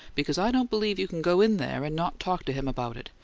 because i don't believe you can go in there and not talk to him about it,